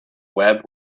web